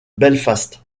belfast